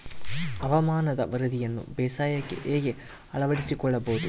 ಹವಾಮಾನದ ವರದಿಯನ್ನು ಬೇಸಾಯಕ್ಕೆ ಹೇಗೆ ಅಳವಡಿಸಿಕೊಳ್ಳಬಹುದು?